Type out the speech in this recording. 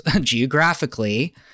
geographically